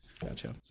Gotcha